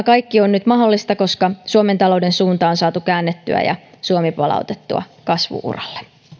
kaikki on nyt mahdollista koska suomen talouden suunta on saatu käännettyä ja suomi palautettua kasvu uralle